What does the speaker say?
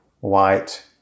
white